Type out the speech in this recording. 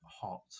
hot